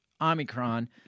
Omicron